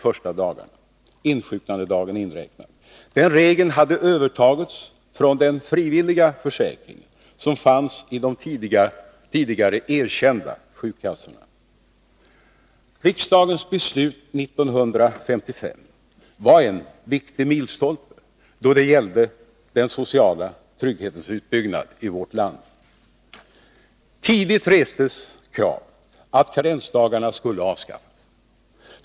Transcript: Riksdagens beslut 1955 var en viktig milstolpe då det gällde den sociala trygghetens utbyggnad i vårt land. Tidigt restes krav att karensdagarna skulle avskaffas.